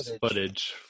footage